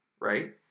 right